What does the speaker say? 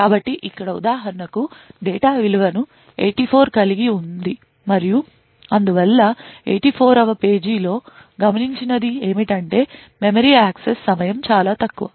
కాబట్టి ఇక్కడ ఉదాహరణకు డేటావిలువను 84 కలిగి ఉంది మరియు అందువల్ల 84 వ పేజీలో గమనించినది ఏమిటంటే మెమరీ యాక్సెస్ సమయం చాలా తక్కువ